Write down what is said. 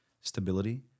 stability